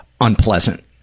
unpleasant